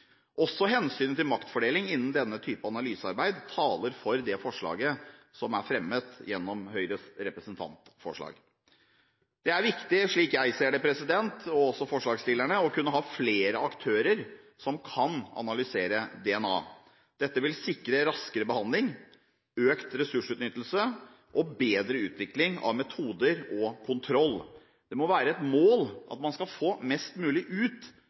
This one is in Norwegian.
Også hensynet til maktfordeling innen denne type analysearbeid taler for det forslaget som er fremmet gjennom Høyres representantforslag. Det er viktig – slik jeg ser det, og også forslagsstillerne – å kunne ha flere aktører som kan analysere DNA. Dette vil sikre raskere behandling, økt ressursutnyttelse og bedre utvikling av metoder og kontroll. Det må være et mål at man skal få mest mulig ut